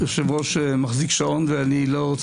לדעת למה אחרים יכולים לחזור ואני לא.